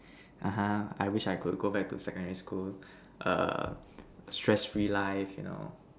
(uh huh) I wish I could go back to secondary school err stress free life you know